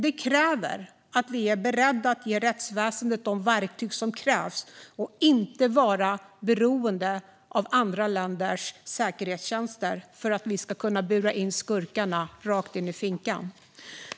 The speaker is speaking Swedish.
Det kräver dock att vi är beredda att ge rättsväsendet de verktyg som krävs och att vi inte är beroende av andra länders säkerhetstjänster för att kunna bura in skurkarna i finkan.